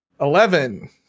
Eleven